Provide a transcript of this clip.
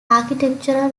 architectural